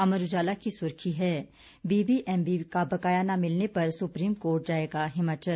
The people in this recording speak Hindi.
अमर उजाला की सुर्खी है बीबीएमबी का बकाया न मिलने पर सुप्रीमकोर्ट जाएगा हिमाचल